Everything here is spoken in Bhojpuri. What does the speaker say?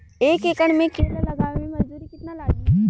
एक एकड़ में केला लगावे में मजदूरी कितना लागी?